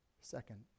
second